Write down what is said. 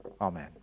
Amen